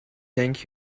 thank